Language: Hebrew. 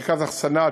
מרכז אחסנה,